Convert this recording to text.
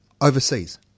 overseas